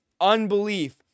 unbelief